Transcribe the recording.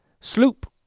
sloop.